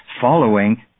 following